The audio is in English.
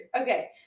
Okay